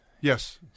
Yes